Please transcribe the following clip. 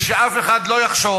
ושאף אחד לא יחשוב